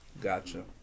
Gotcha